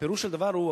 פירוש הדבר הוא,